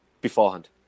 Beforehand